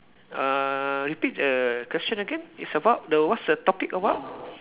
uh repeat the question again it's about what's the topic about